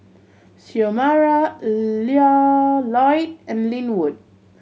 Xiomara Loyd and Linwood